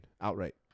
outright